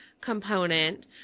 component